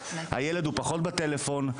הילד הוא פחות בטלפון,